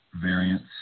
variants